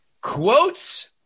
Quotes